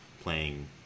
playing